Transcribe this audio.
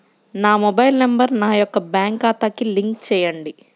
నా mobile number నా యొక్క బ్యాంక్ ఖాతాకి లింక్ చేయండీ?